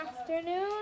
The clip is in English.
afternoon